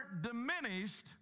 diminished